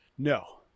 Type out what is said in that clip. no